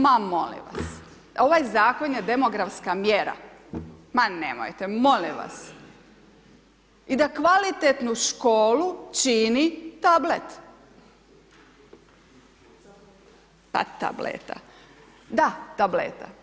Ma molim vas, ovaj Zakon je demografska mjera, ma nemojte, molim vas i da kvalitetnu školu čini tablet, pa tableta, da tableta.